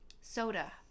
soda